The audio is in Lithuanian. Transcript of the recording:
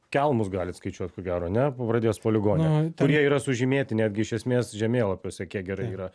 kelmus galit skaičiuot ko gero ane pabradės poligone kurie yra sužymėti netgi iš esmės žemėlapiuose kiek gerai yra